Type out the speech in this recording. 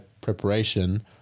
preparation